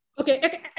Okay